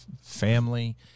family